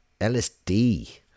LSD